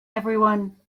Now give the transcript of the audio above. everyone